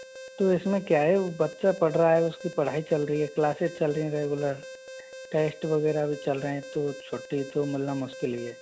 तो इसमें क्या है बच्चा पढ़ रहा है उसकी पढ़ाई चल रही है क्लासिज़ चल रही हैं रेगुलर टेस्ट वगैरह भी चल रहे हैं तो छुट्टी तो मिलना मुश्किल ही है